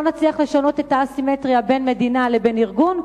לא נצליח לשנות את האסימטריה בין מדינה לבין ארגון,